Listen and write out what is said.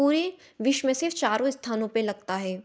पूरे विश्व में सिर्फ चारों स्थानों पर लगता है